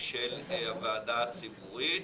של הוועדה הציבורית,